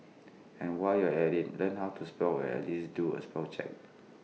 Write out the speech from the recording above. and while you're at IT learn how to spell or at least do A spell check